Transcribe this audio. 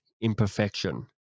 imperfection